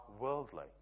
worldly